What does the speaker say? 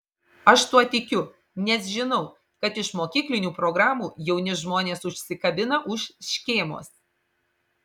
aš tuo tikiu nes žinau kad iš mokyklinių programų jauni žmonės užsikabina už škėmos